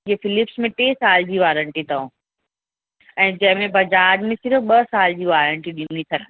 जीअं फिलिप्स में टे साल जी वॉरेंटी अथव ऐं जंहिंमें बजाज में सिर्फ़ु ॿ साल जी वॉरेंटी ॾिनी अथनि